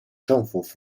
政府